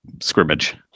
scrimmage